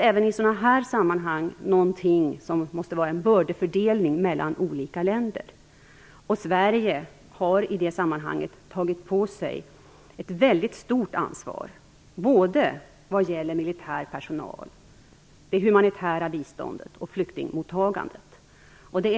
Även i sådana här sammanhang måste man göra en bördefördelning mellan olika länder. I det sammanhanget har Sverige tagit på sig ett mycket stort ansvar när det gäller militär personal, det humanitära biståndet och flyktingmottagandet.